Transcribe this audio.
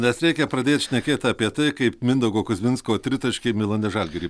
nes reikia pradėt šnekėt apie tai kaip mindaugo kuzminsko tritaškiai milane žalgirį